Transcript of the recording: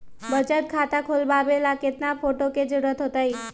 बचत खाता खोलबाबे ला केतना फोटो के जरूरत होतई?